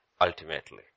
ultimately